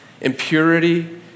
impurity